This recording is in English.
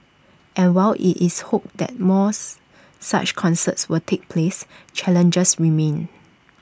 and while IT is hoped that mores such concerts will take place challenges remain